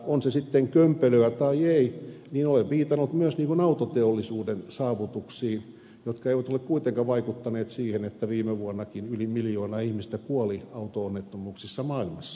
on se sitten kömpelöä tai ei olen viitannut myös autoteollisuuden saavutuksiin jotka eivät ole kuitenkaan vaikuttaneet siihen että viimekin vuonna yli miljoona ihmistä kuoli auto onnettomuuksissa maailmassa